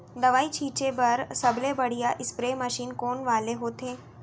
दवई छिंचे बर सबले बढ़िया स्प्रे मशीन कोन वाले होथे?